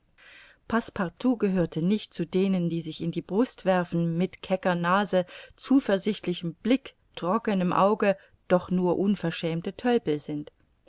passepartout gehörte nicht zu denen die sich in die brust werfen mit kecker nase zuversichtlichem blick trockenem auge doch nur unverschämte tölpel sind